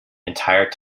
entire